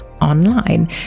online